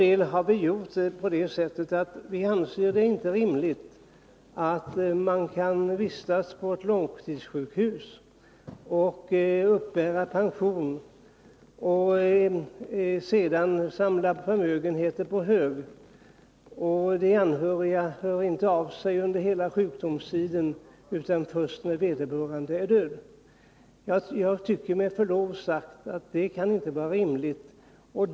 Vi har i utskottet inte ansett det rimligt att en person kan vistas på ett långtidssjukhus, uppbära pension och samla förmögenheter på hög, och under hela sjukdomstiden hör de anhöriga inte av sig utan först när vederbörande är död.